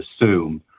assume